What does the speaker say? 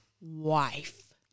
Wife